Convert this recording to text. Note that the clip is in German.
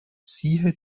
siehe